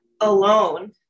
alone